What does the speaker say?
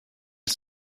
les